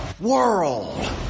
world